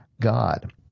God